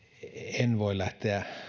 en voi lähteä